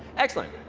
excellent.